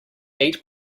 eat